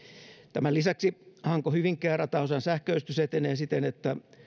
tämän lisäksi hanko hyvinkää rataosan sähköistys etenee siten että